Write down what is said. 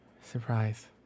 surprise